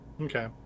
Okay